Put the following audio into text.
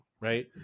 Right